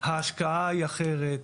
ההשקעה היא אחרת.